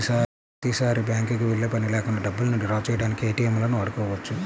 ప్రతిసారీ బ్యేంకుకి వెళ్ళే పని లేకుండా డబ్బుల్ని డ్రా చేయడానికి ఏటీఎంలను వాడుకోవచ్చు